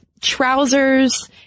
trousers